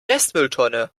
restmülltonne